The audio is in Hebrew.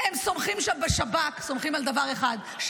הם סומכים שם בשב"כ על דבר אחד,